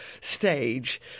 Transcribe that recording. stage